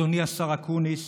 אדוני השר אקוניס,